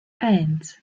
eins